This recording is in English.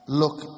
look